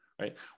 right